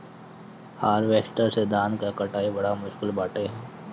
harvester से धान कअ कटाई बड़ा मुश्किल बाटे